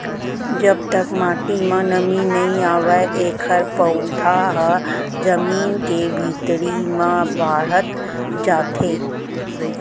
जब तक माटी म नमी नइ आवय एखर पउधा ह जमीन के भीतरी म बाड़हत जाथे